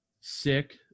sick